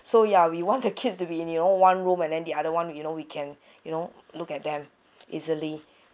so yeah we want the kids to be in the all one room and then the other one we you know we can you know look at them easily